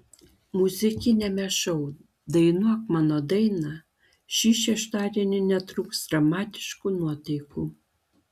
muzikiniame šou dainuok mano dainą šį šeštadienį netrūks dramatiškų nuotaikų